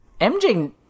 MJ